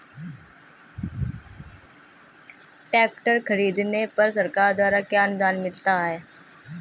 Tractor खरीदने पर सरकार द्वारा क्या अनुदान मिलता है?